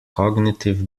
cognitive